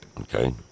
okay